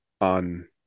on